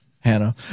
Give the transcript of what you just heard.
Hannah